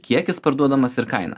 kiekis parduodamas ir kaina